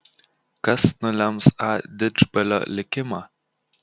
kas nulems a didžbalio likimą